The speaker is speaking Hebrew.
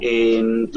מה עושים כרגע?